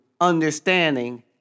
understanding